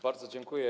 Bardzo dziękuję.